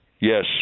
yes